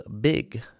big